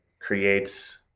creates